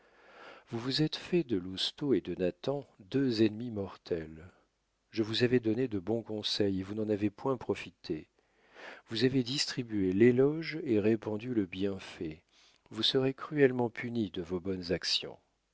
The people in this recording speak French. vous vous êtes fait de lousteau et de nathan deux ennemis mortels je vous avais donné de bons conseils et vous n'en avez point profité vous avez distribué l'éloge et répandu le bienfait vous serez cruellement puni de vos bonnes actions